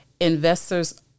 investors